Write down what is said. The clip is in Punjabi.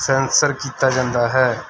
ਸੈਂਸਰ ਕੀਤਾ ਜਾਂਦਾ ਹੈ